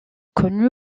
connu